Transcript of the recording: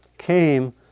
came